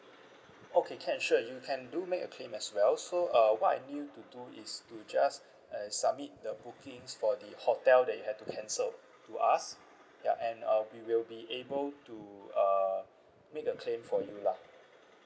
okay can sure you can do make a claim as well so uh what I need you to do is to just uh submit the bookings for the hotel that you have to cancel to us ya and uh we will be able to err make a claim for you lah